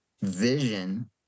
vision